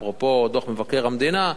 אפרופו דוח מבקר המדינה,